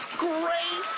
great